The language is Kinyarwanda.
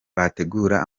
bategura